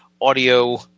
audio